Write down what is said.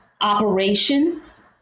operations